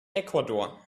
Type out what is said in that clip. ecuador